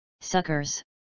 Suckers